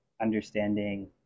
understanding